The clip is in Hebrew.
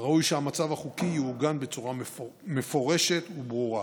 ראוי שהמצב החוקי יעוגן בצורה מפורשת וברורה